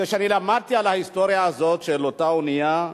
כשאני למדתי על ההיסטוריה הזאת של אותה אונייה,